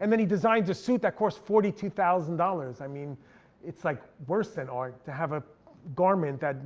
and then he designs a suit that coss forty two thousand dollars. i mean it's like worse than art to have a garment that